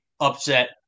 upset